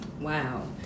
Wow